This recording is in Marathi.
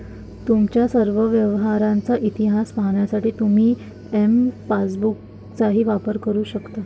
तुमच्या सर्व व्यवहारांचा इतिहास पाहण्यासाठी तुम्ही एम पासबुकचाही वापर करू शकता